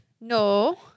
No